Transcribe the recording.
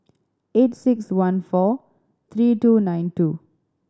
eight six one four three two nine two